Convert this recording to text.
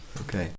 Okay